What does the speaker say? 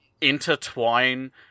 intertwine